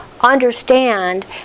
understand